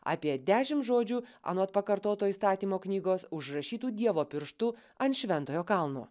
apie dešimt žodžių anot pakartoto įstatymo knygos užrašytų dievo pirštu ant šventojo kalno